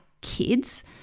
kids